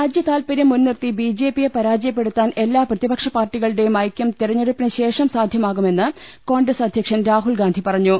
രാജ്യതാൽപര്യം മുൻനിർത്തി ബിജെപിയെ പരാജയപ്പെടുത്താൻ എല്ലാ പ്രതിപക്ഷ പാർട്ടികളുടേയും ഐക്യം തെരഞ്ഞെടുപ്പിന് ശേഷം സാധ്യമാകുമെന്ന് കോൺഗ്രസ് അധ്യക്ഷൻ രാഹുൽ ഗാന്ധി പറഞ്ഞു